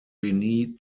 genie